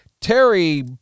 Terry